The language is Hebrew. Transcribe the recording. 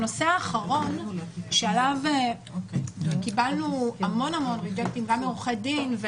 הנושא האחרון שעליו קיבלנו המון תגובות גם מעורכי דין,